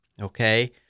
okay